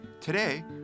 Today